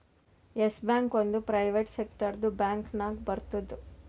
S Bank ಒಂದ್ private ಸೆಕ್ಟರ್ದು bank ನಾಗ್ ಬರ್ತುದ್